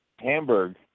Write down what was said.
Hamburg